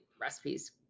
recipes